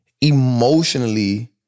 emotionally